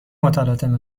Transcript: متلاطم